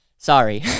sorry